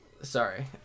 Sorry